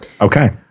Okay